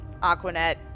Aquanet